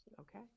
Okay